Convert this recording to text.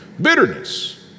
Bitterness